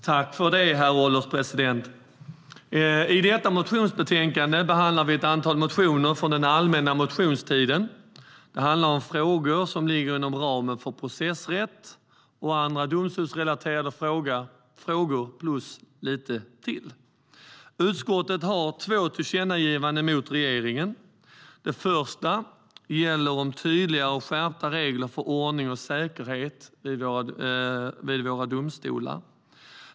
Herr ålderspresident! I detta motionsbetänkande behandlar vi ett antal motioner från den allmänna motionstiden. Det handlar om frågor som ligger inom ramen för processrätt och andra domstolsrelaterade frågor samt en del annat. Utskottet har två tillkännagivanden till regeringen. Det första gäller tydligare och skärpta regler för ordning och säkerhet vid våra domstolar.